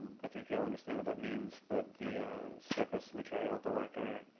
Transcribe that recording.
i think you all understand what that means, but the surface material, the lacquer,